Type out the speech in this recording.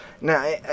now